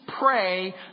pray